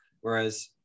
whereas